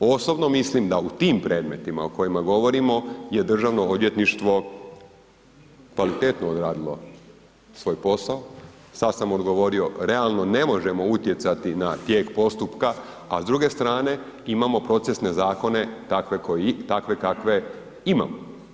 Osobno mislim da u tim predmetima o kojima govorimo je Državno odvjetništvo kvalitetno odradilo svoj posao, sad sam odgovorio, realno ne možemo utjecati na tijek postupka a s druge strane imamo procesne zakone takve kakve imamo.